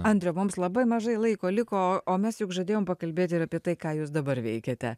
andriau mums labai mažai laiko liko o mes juk žadėjom pakalbėti apie tai ką jūs dabar veikiate